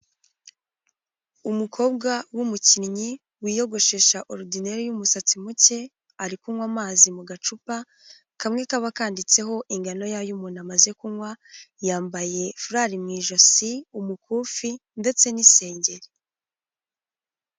Umukobwa w'umukinnyi wiyogoshesha orudineriay'umusatsi muke, ari kunywa amazi mu gacupa kamwe kaba kanditseho ingano y'ayo umuntu amaze kunywa, yambaye furari mu ijosi, umukufi ndetse n'isengeri.